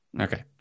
Okay